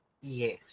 Yes